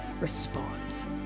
responds